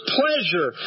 pleasure